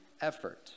effort